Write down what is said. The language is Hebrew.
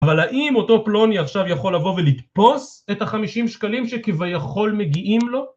אבל האם אותו פלוני עכשיו יכול לבוא ולתפוס את החמישים שקלים שכביכול מגיעים לו?